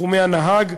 בתחומי הנהג,